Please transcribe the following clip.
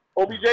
OBJ